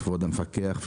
כבוד המפקח,